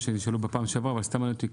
שנשאלו בפעם שעברה אבל סתם מעניין אותי,